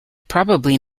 probably